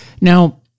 Now